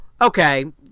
okay